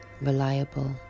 reliable